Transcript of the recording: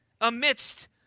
amidst